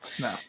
No